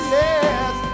yes